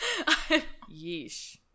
yeesh